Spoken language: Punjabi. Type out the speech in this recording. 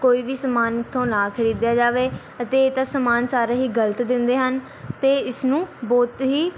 ਕੋਈ ਵੀ ਸਮਾਨ ਇੱਥੋਂ ਨਾ ਖਰੀਦਿਆ ਜਾਵੇ ਅਤੇ ਇਹ ਤਾਂ ਸਮਾਨ ਸਾਰਾ ਹੀ ਗਲਤ ਦਿੰਦੇ ਹਨ ਅਤੇ ਇਸਨੁੂੰ ਬਹੁਤ ਹੀ